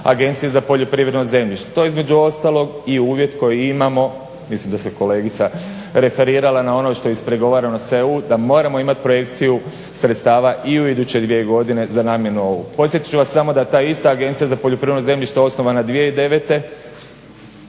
Agencije za poljoprivredno zemljište. To je između ostalog i uvjet koji imamo, mislim da se kolegica referirala na ono što je ispregovarano sa EU da moramo imati projekciju sredstava i u iduće dvije godine za namjenu ovu. Podsjetit ću vas samo da ta ista Agencija za poljoprivredno zemljište osnovana 2009.